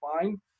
fine